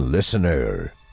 Listener